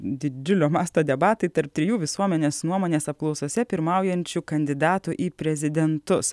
didžiulio masto debatai tarp trijų visuomenės nuomonės apklausose pirmaujančių kandidatų į prezidentus